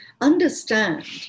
understand